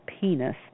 penis